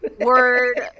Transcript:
word